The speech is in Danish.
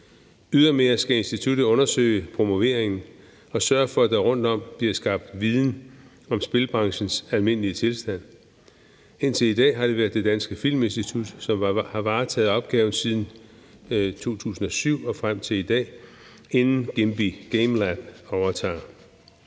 Ydermere skal instituttet undersøge promoveringen og sørge for, at der rundtom bliver skabt viden om spilbranchens almindelige tilstand. Det har været Det Danske Filminstitut, som har varetaget opgaven siden 2007 og frem til i dag, inden Nimbi Gamlelab overtager.